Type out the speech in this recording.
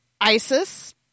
ISIS